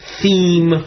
theme